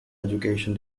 education